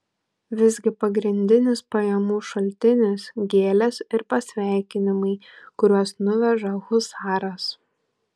visgi pagrindinis pajamų šaltinis gėlės ir pasveikinimai kuriuos nuveža husaras